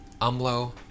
Umlo